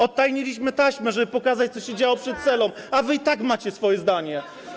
Odtajniliśmy taśmę, żeby pokazać, co się działo przed celą, a wy i tak macie swoje zdanie.